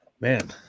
Man